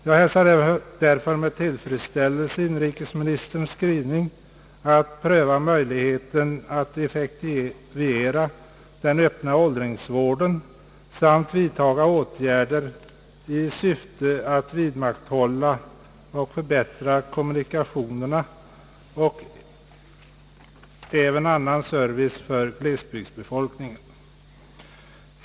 Jag hälsar därför med tillfredsställelse inrikesministerns skrivning, att möjligheten skall prövas ait effektivisera den öppna åldringsvården samt att vidtaga åtgärder i syfte att vidmakthålla och förbättra kommunikationerna samt även annan service för glesbygdsbefolkningen.